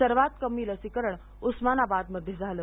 सर्वांत कमी लसीकरण उस्मानाबादमध्ये झालं